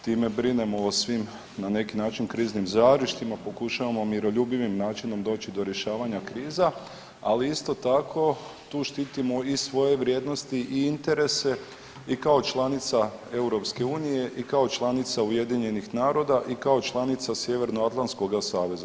Time brinemo o svim na neki način kriznim žarištima, pokušavamo miroljubivim načinom doći do rješavanja kriza, ali isto tako tu štitimo i svoje vrijednosti i interese i kao članica EU i kao članica UN-a i kao članica Sjevernoatlanskoga saveza.